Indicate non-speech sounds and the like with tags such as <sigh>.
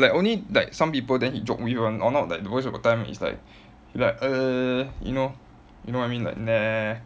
like only like some people then he joke with him [one] or not like most of the time is like he like <noise> you know you know what I mean like meh